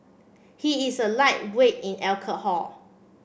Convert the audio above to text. he is a lightweight in alcohol